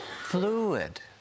fluid